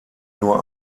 nur